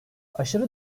aşırı